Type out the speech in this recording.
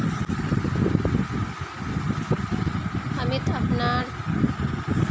अमित अपनार छोटो बिजनेसक बढ़ैं खुना बड़का करे लिलछेक